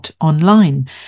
Online